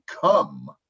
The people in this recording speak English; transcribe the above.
come